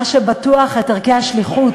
מה שבטוח, את ערכי השליחות,